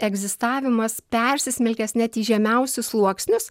egzistavimas persismelkęs net į žemiausius sluoksnius